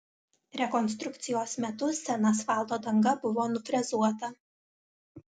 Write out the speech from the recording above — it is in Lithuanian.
rekonstrukcijos metu sena asfalto danga buvo nufrezuota